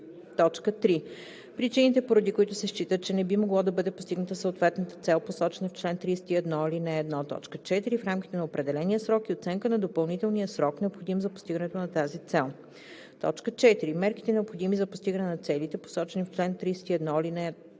и 50; 3. причините, поради които се счита, че не би могло да бъде постигната съответната цел, посочена в чл. 31, ал. 1, т. 4, в рамките на определения срок, и оценка на допълнителния срок, необходим за постигането на тази цел; 4. мерките, необходими за постигане на целите, посочени в чл. 31, ал. 1, т.